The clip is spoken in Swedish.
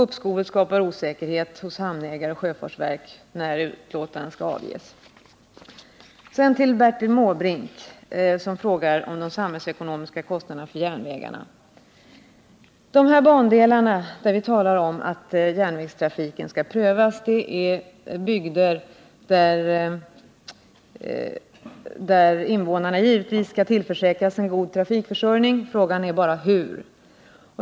Uppskovet skapar osäkerhet hos hamnägare och sjöfartsverk när utlåtanden skall avges. Bertil Måbrink frågar om de samhällsekonomiska kostnaderna för järnvägar. Det avsnitt där vi talar om att frågan om järnvägstrafiken skall prövas gäller bandelar genom bygder där invånarna givetvis skall tillförsäkras en god trafikförsörjning — frågan är bara hur.